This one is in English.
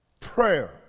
prayer